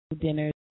dinners